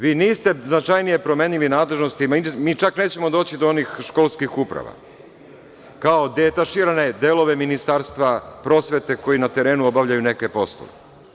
Vi niste značajnije promenili nadležnosti, mi čak nećemo doći do onih školskih uprava, kao deataširane delove Ministarstva prosvete koji na terenu obavljaju neke poslove.